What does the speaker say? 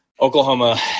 Oklahoma